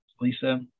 Lisa